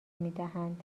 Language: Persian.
میدهند